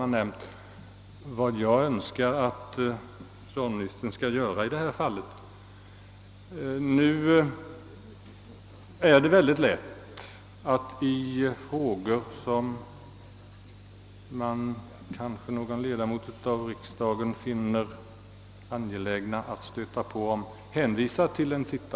Ja, det är mycket lätt att hänvisa till en sittande utredning i frågor där kanske någon ledamot av riksdagen finner det angeläget att stöta på.